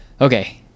Okay